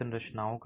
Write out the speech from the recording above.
सुप्रभात